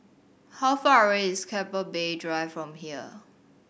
how far away is Keppel Bay Drive from here